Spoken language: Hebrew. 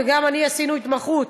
וגם אני עשינו התמחות,